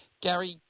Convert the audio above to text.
Gary